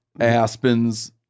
aspens